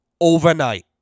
overnight